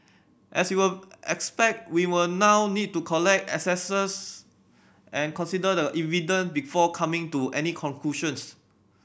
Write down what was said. as you will expect we will now need to collect assesses and consider the evidence before coming to any conclusions